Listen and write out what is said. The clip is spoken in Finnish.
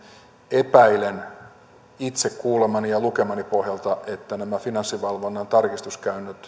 epäilen itse kuulemani ja lukemani pohjalta että nämä finanssivalvonnan tarkistuskäynnit